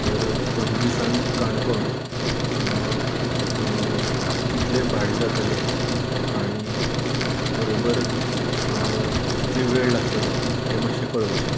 तर पणजीसान काणकोण कितलें भाडे जातले आनी बरोबर कितले वेळ लागतलो हे मातशें कळोवचें